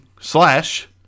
slash